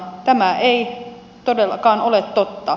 tämä ei todellakaan ole totta